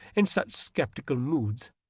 in such sceptical moods,